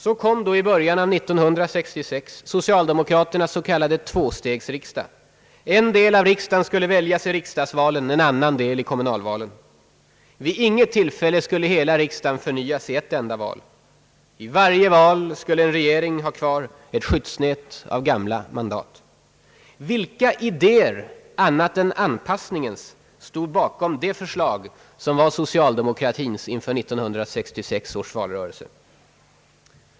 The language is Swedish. Så kom då i början av 1966 socialdemokraternas s.k. tvåstegsriksdag — en del av riksdagen skulle väljas i riksdagsvalen, en annan del i kommunalvalen. Vid intet tillfälle skulle hela riksdagen förnyas i ett enda val. I varje val skulle en regering ha kvar ett skyddsnät av gamla mandat. Vilka idéer, annat än anpassningens, stod bakom det förslag som var socialdemokratins inför 1966 års val?